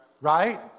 Right